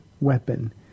weapon